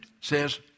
says